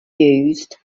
used